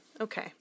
Okay